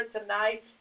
tonight